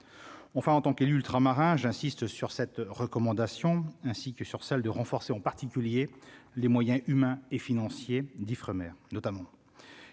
enfin en tant qu'élus ultramarins, j'insiste sur cette recommandation, ainsi que sur celle de renforcer, en particulier les moyens humains et financiers d'Ifremer notamment